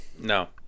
no